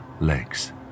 legs